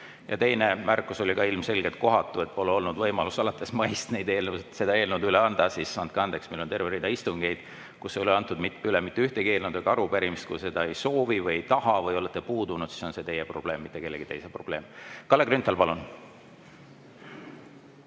Ja teine märkus oli ka ilmselgelt kohatu, et pole olnud võimalust alates maist seda eelnõu üle anda. Andke andeks, meil on olnud terve rida istungeid, kus pole üle antud mitte ühtegi eelnõu ega arupärimist. Kui seda ei soovi või ei taha [teha] või olete puudunud, siis on see teie probleem, mitte kellegi teise probleem. Kalle Grünthal, palun!